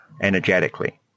energetically